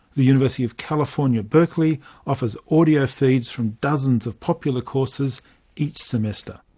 the university of california berkeley offers audio feeds from dozens of popular courses each semester.